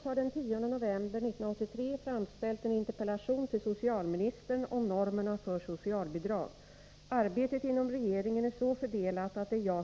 Herr talman!